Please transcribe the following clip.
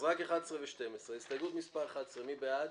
הסתייגות מספר 2 נמחקה.